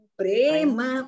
prema